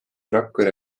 rakvere